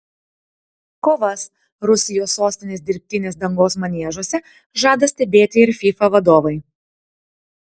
kovas rusijos sostinės dirbtinės dangos maniežuose žada stebėti ir fifa vadovai